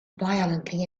violently